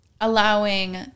allowing